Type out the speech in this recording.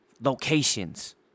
locations